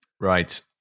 Right